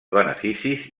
beneficis